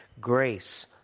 Grace